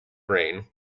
brain